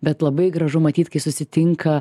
bet labai gražu matyt kai susitinka